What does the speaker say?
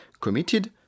committed